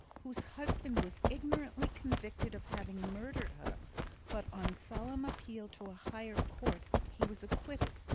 whose husband was ignorantly convicted of having murdered her but on solemn appeal to a higher court, he was acquitted